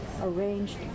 arranged